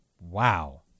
Wow